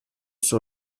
sur